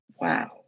Wow